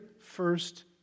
first